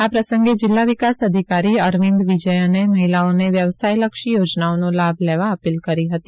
આ પ્રસંગે જિલ્લા વિકાસ અધિકારી અરવિંદ વિજીયને મહિલાઓને વ્યવસાયલક્ષી યોજનાઓનો લાભ લેવા અપીલ કરી હતી